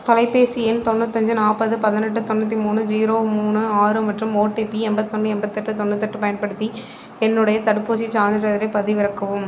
தொலைபேசி எண் தொண்ணூத்தஞ்சு நாற்பது பதினெட்டு தொண்ணூற்றி மூணு ஜீரோ மூணு ஆறு மற்றும் ஓடிபி எண்பத்தொண்ணு எண்பத்தெட்டு தொண்ணூத்தெட்டு பயன்படுத்தி என்னுடைய தடுப்பூசிச் சான்றிதழைப் பதிவிறக்கவும்